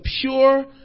pure